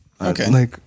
Okay